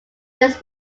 this